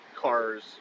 cars